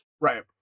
Right